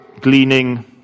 gleaning